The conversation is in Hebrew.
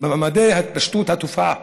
בממדי התפשטות התופעה.